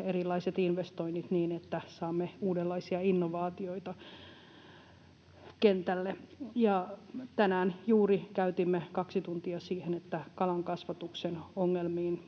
erilaiset investoinnit niin, että saamme uudenlaisia innovaatioita kentälle. Tänään juuri käytimme kaksi tuntia siihen, että kalankasvatuksen ongelmiin,